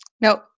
No